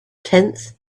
tenth